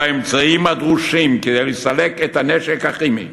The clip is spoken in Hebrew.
האמצעים הדרושים כדי לסלק את הנשק הכימי